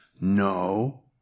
no